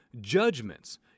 judgments